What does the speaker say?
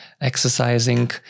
exercising